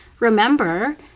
remember